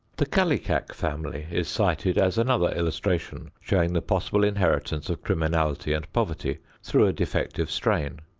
the kallikak family is cited as another illustration showing the possible inheritance of criminality and poverty through a defective strain.